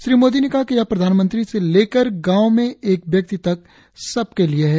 श्री मोदी ने कहा कि यह प्रधानमंत्री से लेकर गांव में एक व्यक्ति तक सबके लिए है